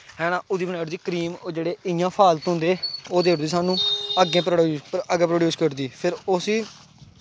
है ना ओह्दी बनाई ओड़दी क्रीम ओह् जेह्ड़े इ'यां फालतू होंदे ओह् देई ओड़दी सानूं अग्गें प्रोडयूस अग्गें प्रोडयूस करदी फिर उसी